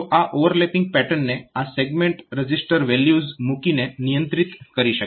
તો આ ઓવરલેપિંગ પેટર્નને આ સેગમેન્ટ રજીસ્ટર વેલ્યુઝ મૂકીને નિયંત્રિત કરી શકાય છે